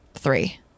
three